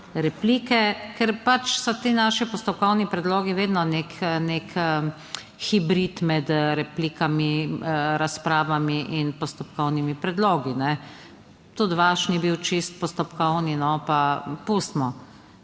replike, ker pač so ti naši postopkovni predlogi vedno nek hibrid med replikami, razpravami in postopkovnimi predlogi. Tudi vaš ni bil čisto postopkovni no pa pustimo.